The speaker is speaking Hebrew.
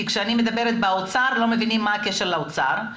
כשאני מדברת עם האוצר, לא מבינים מה הקשר לאוצר.